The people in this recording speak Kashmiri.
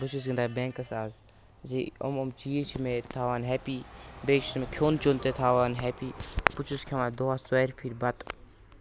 بہٕ چھُس گِندان بینکَس آز زِ یِم یِم چیٖز چھِ مےٚ تھاوان ہیپی چھِ مےٚ کھیوٚن چیوٚن تہِ تھاوان ہیپی بہٕ چھُس کھٮ۪وان دۄہَس ژورِ پھِرۍ بتہٕ